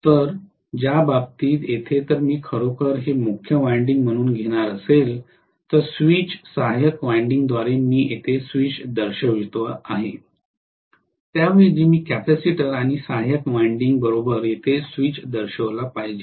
तर ज्या बाबतीत येथे जर मी खरोखर हे मुख्य वायंडिंग म्हणून घेणार असेल तर स्विच सहायक वायंडिंग द्वारे मी येथे स्विच दर्शवितो त्याऐवजी मी कॅपेसिटर आणि सहाय्यक वायंडिंग बरोबर येथे स्विच दर्शविला पाहिजे